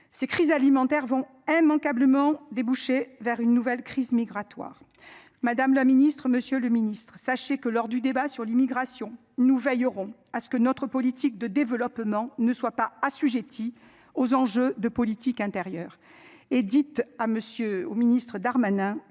Ces crises alimentaires vont immanquablement déboucher vers une nouvelle crise migratoire. Madame la Ministre, Monsieur le Ministre, sachez que lors du débat sur l'immigration. Nous veillerons à ce que notre politique de développement ne soient pas assujettis aux enjeux de politique intérieure et dites à monsieur au ministre Darmanin